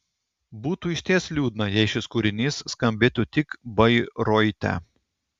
būtų išties liūdna jei šis kūrinys skambėtų tik bairoite